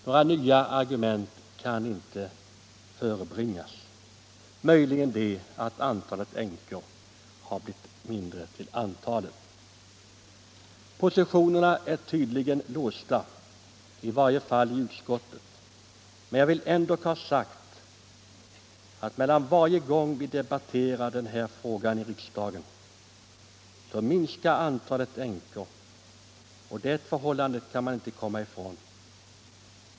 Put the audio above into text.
Några nya argument kan inte förebringas — möjligen det argumentet att antalet änkor blivit mindre sedan sist. Positionerna är tydligen låsta, i varje fall i utskottet. Men jag vill ändå ha sagt att antalet änkor som detta rör har minskat varje gång vi debatterar denna fråga i riksdagen. Det förhållandet kan man inte komma ifrån.